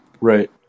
Right